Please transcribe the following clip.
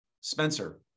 Spencer